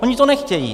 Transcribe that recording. Oni to nechtějí.